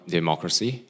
democracy